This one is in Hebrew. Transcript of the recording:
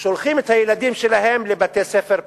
שולחים את הילדים שלהם לבתי-ספר פרטיים,